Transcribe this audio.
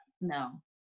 No